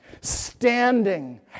standing